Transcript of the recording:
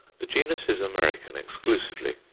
the genus is american exclusively.